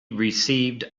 received